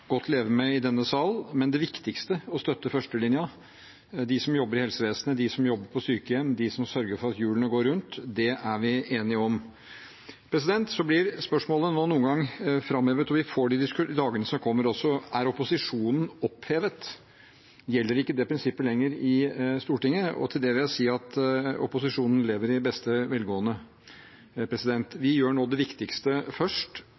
i denne sal, men det viktigste – å støtte førstelinja, de som jobber i helsevesenet, de som jobber på sykehjem, de som sørger for at hjulene går rundt – er vi enige om. Så blir dette spørsmålet nå noen ganger framhevet, og vi får det også i dagene som kommer: Er opposisjonen opphevet? Gjelder ikke det prinsippet lenger i Stortinget? Til det vil jeg si at opposisjonen lever i beste velgående. Vi gjør nå det viktigste først,